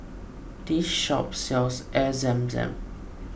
this shop sells Air Zam Zam